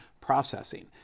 processing